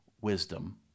wisdom